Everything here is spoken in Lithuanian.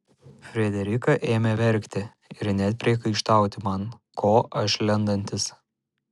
frederika ėmė verkti ir net priekaištauti man ko aš lendantis